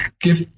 give